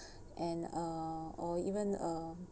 and and uh or even uh